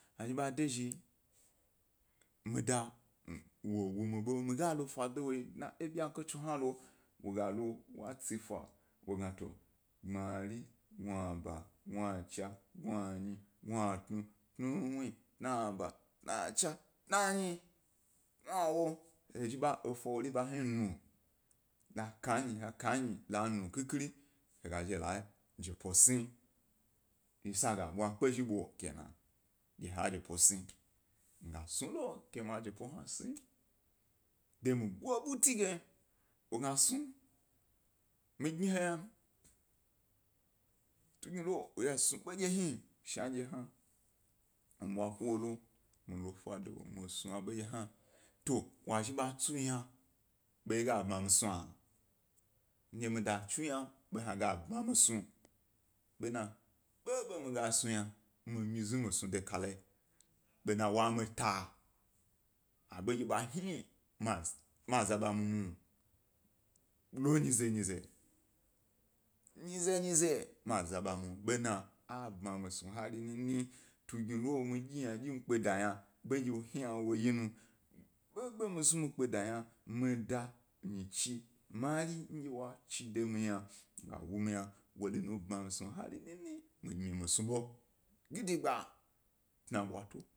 A zhi ḃa de zhi, mida wow u mi ḃe, miga lo fa dewoyi, dna e ḃenkye tso hna lo, wo ga lo, wa tsi fa, won a to, gbmari, gnaba, gnacha, gnanyi, gnatnu, tnawuwin, tnaba, tnanyi, ynawo, he zhi ḃa efa wori ba hni na la ka nyi la kanyi lanu khikhi i hae ga zhi he la jepo sni, wye sag a ḃwa kpe zhi ḃoo ken a, dye ha jepo sni, mi ga bwa snulo, ke ma jepo hna sni ke mi go eḃbuti ge, wo gna snu mi gni he yan, tugni lo gnu ḃo hni shandye hna, mi bwa ku ewo lo mi lo fa de wo yi mi snu aḃondye hna, to wa zhi ḃa tsu ba rig a bmi mi snu ndye mi da tsu gna ḃo hna gab mi snu, bena ḃoḃo mi ga snu yna mi myi mi snu de kalayi, bena wa mi ta. A ḃodye hni ma za ḃe mu moh lo nyize nyize, ma za ḃa mu bena a bmi snu hari nini. Tugnilo mi dyi ynadyi mi gnu mi kpeda yna ma da nyidi ari wo chi de mi, ga wo mi yna wori nu ḃini mi gnu hari nini mi myi mi snu ḃo gidigba tna ḃwato.